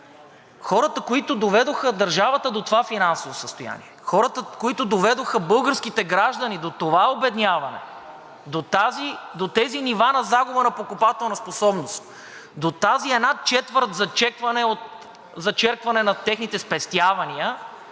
хората, които доведоха държавата до това финансово състояние, хората, които доведоха българските граждани до това обедняване, до тези нива на загуба на покупателна способност, до тази една четвърт зачеркване на техните спестявания,